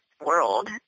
world